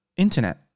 Internet